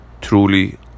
Truly